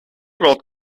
wird